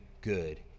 good